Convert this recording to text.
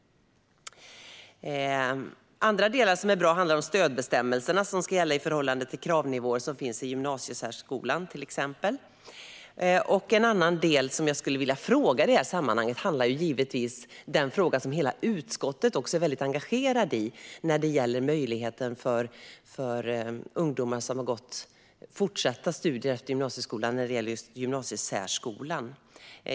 Andra delar som är bra handlar om stödbestämmelser som ska gälla i förhållande till kravnivåer som finns i gymnasiesärskolan. I det här sammanhanget vill jag ställa en fråga i ett ämne som hela utskottet är engagerat i, nämligen om möjligheten för ungdomar som har gått gymnasiesärskolan till fortsatta studier.